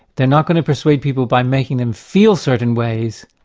they're not going to persuade people by making them feel certain ways,